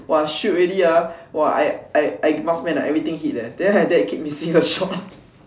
!wah! shoot already ah !wah! I I I marksman I everything hit eh then my dad keep missing the shots